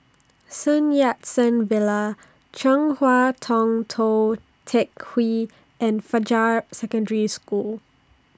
Sun Yat Sen Villa Chong Hua Tong Tou Teck Hwee and Fajar Secondary School